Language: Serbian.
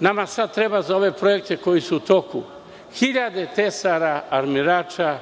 nama sada treba za ove projekte koji su u toku hiljade tesara, armirača